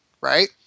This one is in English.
Right